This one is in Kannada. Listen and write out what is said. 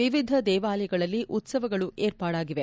ವಿವಿಧ ದೇವಾಲಯಗಳಲ್ಲಿ ಉತ್ಸವಗಳು ಏರ್ಪಾಡಾಗಿವೆ